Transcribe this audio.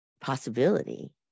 possibility